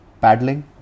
paddling